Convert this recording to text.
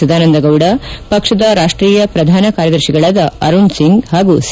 ಸದಾನಂದಗೌಡ ಪಕ್ಷದ ರಾಷ್ಷೀಯ ಪ್ರಧಾನ ಕಾರ್ಯದರ್ಶಿಗಳಾದ ಅರುಣ್ಸಿಂಗ್ ಹಾಗೂ ಸಿ